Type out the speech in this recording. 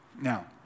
Now